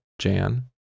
Jan